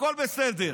הכול בסדר.